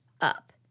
up